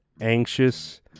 anxious